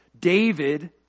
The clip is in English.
david